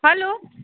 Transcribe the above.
hello